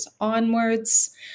onwards